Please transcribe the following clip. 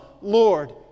Lord